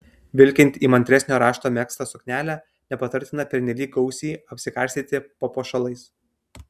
vilkint įmantresnio rašto megztą suknelę nepatartina pernelyg gausiai apsikarstyti papuošalais